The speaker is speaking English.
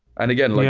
and again, like